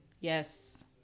Yes